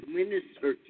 Minister